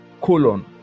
Colon